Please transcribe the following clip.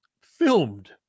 filmed